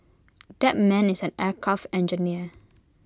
that man is an aircraft engineer